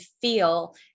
feel